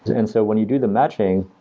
and so when you do the matching,